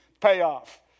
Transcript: payoff